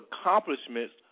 accomplishments